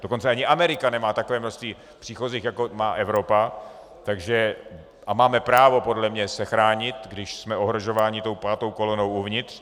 Dokonce ani Amerika nemá takové množství příchozích, jako má Evropa, a máme právo podle mě se chránit, když jsme ohrožování tou pátou kolonou uvnitř.